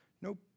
Nope